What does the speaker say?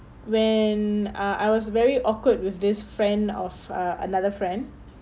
when uh I was very awkward with this friend of a another friend